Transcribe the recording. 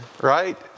right